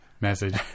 message